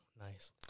Nice